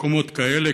מקומות כאלה,